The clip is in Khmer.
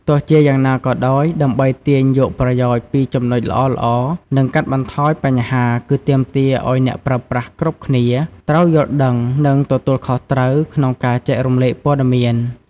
ទោះជាយ៉ាងណាក៏ដោយ ដើម្បី ទាញយកប្រយោជន៍ ពី ចំណុចល្អៗ និង កាត់បន្ថយបញ្ហា គឺទាមទារឱ្យ អ្នកប្រើប្រាស់គ្រប់គ្នា ត្រូវ យល់ដឹង និង ទទួលខុសត្រូវ ក្នុងការ ចែករំលែកព័ត៌មាន។